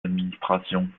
administrations